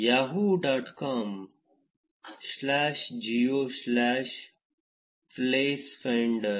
yahoo dot com slash geo slash placefinder